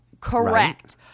correct